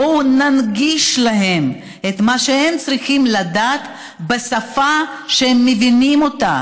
בואו ננגיש להם את מה שהם צריכים לדעת בשפה שהם מבינים אותה.